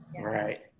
right